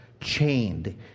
chained